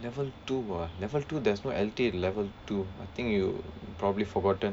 level two ah level two there's no L_T in level two I think you probably forgotten